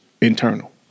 internal